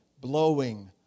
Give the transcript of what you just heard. blowing